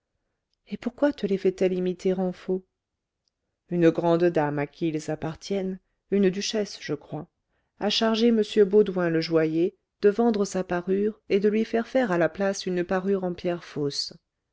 et pourquoi te les fait-elle imiter en faux une grande dame à qui ils appartiennent une duchesse je crois a chargé m baudoin le joaillier de vendre sa parure et de lui faire faire à la place une parure en pierres fausses